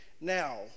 now